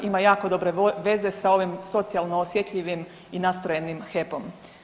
Ima jako dobre veze sa ovim socijalno osjetljivim i nastrojenim HEP-om.